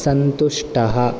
सन्तुष्टः